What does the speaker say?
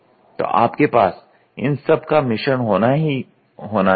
तो आपके पास इन सबका मिश्रण होना ही होना चाहिए